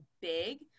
big